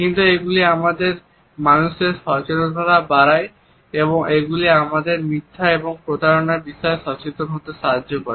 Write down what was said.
কিন্তু এগুলি আমাদের মানুষের সচেতনতা বাড়ায় এবং এগুলি আমাদের মিথ্যা এবং প্রতারণার বিষয়ে সচেতন হতে সাহায্য করে